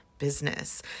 business